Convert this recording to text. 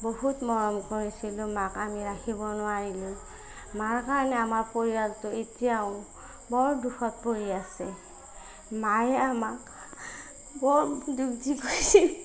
বহুত মৰম কৰিছিলোঁ মাক আমি ৰাখিব নোৱাৰিলোঁ মাৰ কাৰণে আমাৰ পৰিয়ালটো এতিয়াও বৰ দুখত পৰি আছে মায়ে আমাক বৰ দুখ দি গৈছিল